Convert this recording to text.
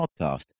podcast